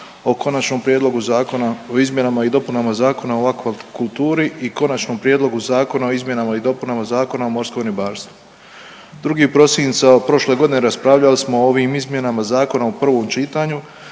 o Konačnom prijedlogu zakona o izmjenama i dopunama Zakona o akvakulturi i Konačnom prijedlogu zakona o izmjena i dopuna Zakona o morskom ribarstvu. 2. prosinca prošle godine raspravljali smo o ovim izmjenama zakona u prvom čitanju,